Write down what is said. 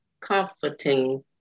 comforting